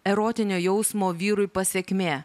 erotinio jausmo vyrui pasekmė